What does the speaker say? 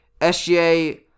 sga